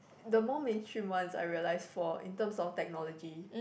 the more mainstream ones I realise for in terms of technology